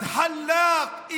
אלחלאק.